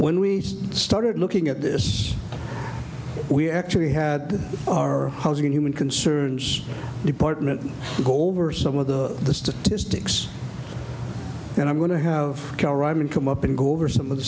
when we started looking at this we actually had our housing and human concerns department to go over some of the the statistics and i'm going to have karen come up and go over some of the